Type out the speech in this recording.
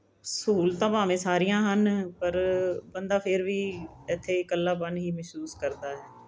ਸਹੂਲਤਾਂ ਭਾਵੇਂ ਸਾਰੀਆਂ ਹਨ ਪਰ ਬੰਦਾ ਫਿਰ ਵੀ ਇੱਥੇ ਇਕੱਲਾਪਨ ਹੀ ਮਹਿਸੂਸ ਕਰਦਾ ਹੈ